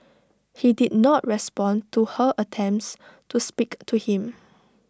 he did not respond to her attempts to speak to him